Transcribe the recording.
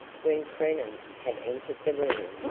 when preenham had entered the room,